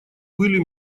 пыли